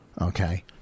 Okay